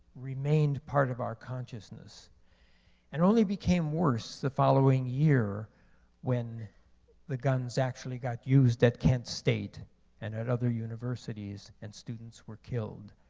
remained part of our consciousness and only became worse the following year when the guns actually got used at kent state and at other universities, and students were killed.